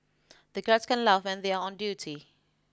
the guards can't laugh when they are on duty